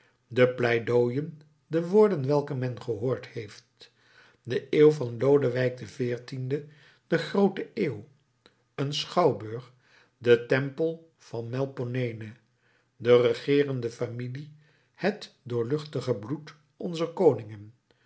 de pleidooien de woorden welke men gehoord heeft de eeuw van lodewijk xiv de groote eeuw een schouwburg de tempel van melpomene de regeerende familie het doorluchtig bloed onzer koningen